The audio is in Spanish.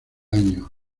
año